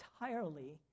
entirely